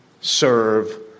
serve